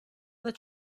that